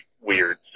weird